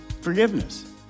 forgiveness